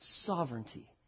sovereignty